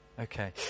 okay